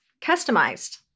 customized